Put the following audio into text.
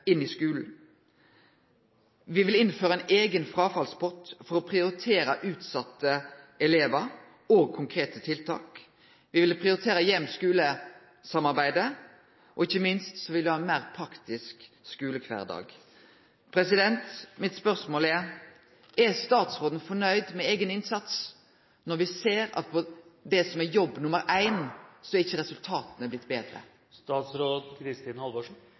inn i skulen. Me vil innføra ein eigen fråfallspott for å prioritera utsette elevar og konkrete tiltak. Me vil prioritera heim–skule-samarbeidet, og ikkje minst vil me ha ein meir praktisk skulekvardag. Mitt spørsmål er: Er statsråden fornøgd med eigen innsats når me ser at med det som er jobb nr. éin, er ikkje resultata blitt betre?